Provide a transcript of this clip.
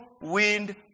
wind